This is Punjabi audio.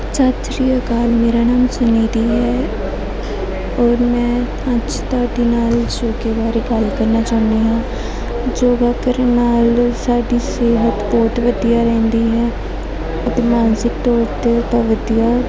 ਸਤਿ ਸ਼੍ਰੀ ਅਕਾਲ ਮੇਰਾ ਨਾਮ ਸੁਨਿਧੀ ਹੈ ਔਰ ਮੈਂ ਅੱਜ ਤੁਹਾਡੇ ਨਾਲ ਯੋਗਾ ਬਾਰੇ ਗੱਲ ਕਰਨਾ ਚਾਹੁੰਦੀ ਹਾਂ ਯੋਗਾ ਕਰਨ ਨਾਲ ਸਾਡੀ ਸਿਹਤ ਬਹੁਤ ਵਧੀਆ ਰਹਿੰਦੀ ਹੈ ਅਤੇ ਮਾਨਸਿਕ ਤੌਰ 'ਤੇ ਤਾਂ ਵਧੀਆ